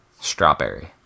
strawberry